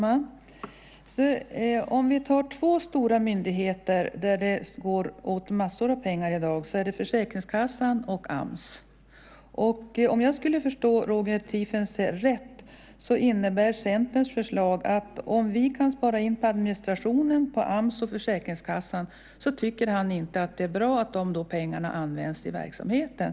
Fru talman! Två stora myndigheter där det går åt massor av pengar i dag är Försäkringskassan och Ams. Om jag skulle förstå Roger Tiefensee rätt så innebär Centerns förslag att om vi kan spara in på administrationen på Ams och Försäkringskassan tycker han inte att det är bra att de pengarna används i verksamheten.